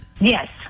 Yes